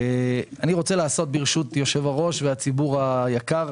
אני רוצה לעשות ברשות היושב-ראש והציבור היקר,